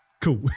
cool